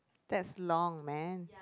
that's long man